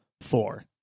four